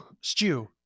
Stew